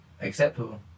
acceptable